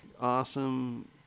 awesome